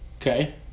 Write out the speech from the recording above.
Okay